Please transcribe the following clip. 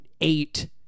eight